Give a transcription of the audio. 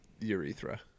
urethra